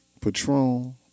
Patron